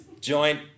joint